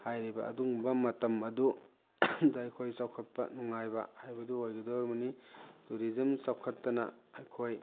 ꯍꯥꯏꯔꯤꯕ ꯑꯗꯨꯒꯨꯝꯕ ꯃꯇꯝ ꯑꯗꯨ ꯗ ꯑꯩꯈꯣꯏ ꯆꯥꯎꯈꯠꯄ ꯅꯨꯡꯉꯥꯏꯕ ꯍꯥꯏꯕꯗꯨ ꯑꯣꯏꯗꯧꯔꯤꯕꯅꯤ ꯇꯨꯔꯤꯖꯝ ꯆꯥꯎꯈꯠꯇꯅ ꯑꯩꯈꯣꯏ